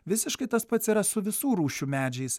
visiškai tas pats yra su visų rūšių medžiais